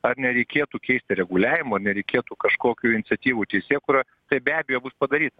ar nereikėtų keisti reguliavimoar nereikėtų kažkokių iniciatyvų teisėkūra tai be abejo bus padaryta